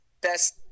best